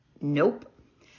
Nope